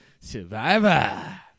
Survivor